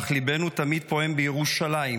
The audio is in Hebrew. אך ליבנו תמיד פועם בירושלים.